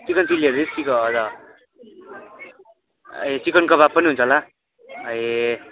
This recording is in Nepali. चिकन चिल्लीहरू रिस्की छ हजुर ए चिकन कबाब पनि हुन्छ होला ए